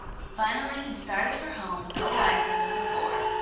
finally he started for home no wiser than before.